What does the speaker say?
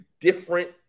different